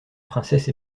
princesse